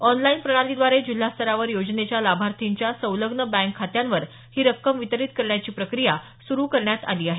online प्रणालीद्वारे जिल्हा स्तरावर योजनेच्या लाभार्थीच्या संलग्न बँक खात्यांवर ही रक्कम वितरित करण्याची प्रक्रिया सुरू करण्यात आली आहे